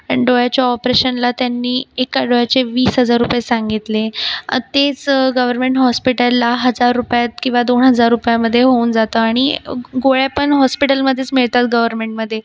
आणि डोळ्याच्या ऑपरेशनला त्यांनी एका डोळ्याचे वीस हजार रुपये सांगितले तेच गवरमेंट हॉस्पिटलला हजार रुपयात किंवा दोन हजार रुपयामधे होऊन जातं आणि गोळ्या पण हॉस्पिटलमधेच मिळतात गवरमेंटमधे